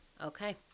Okay